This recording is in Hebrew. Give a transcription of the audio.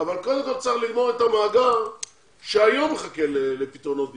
אבל קודם כל צריך לגמור את המאגר שכבר היום מחכה לפתרונות דיור.